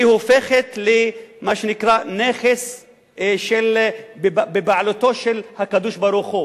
היא הופכת למה שנקרא נכס שבבעלות הקדוש-ברוך-הוא.